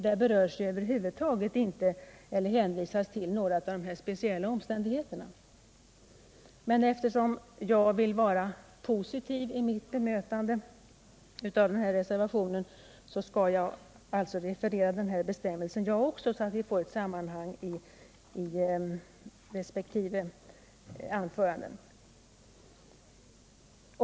Där berörs ju över huvud taget inte några av de här speciella omständigheterna. Men eftersom jag gärna vill vara positiv i mitt bemötande av reservationen, så skall jag också referera den här bestämmelsen, så att vi får ett sammanhang i resp. anföranden.